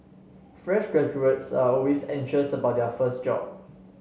fresh graduates are always anxious about their first job